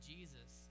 Jesus